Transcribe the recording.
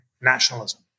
Nationalism